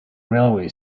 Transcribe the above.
railway